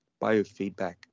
biofeedback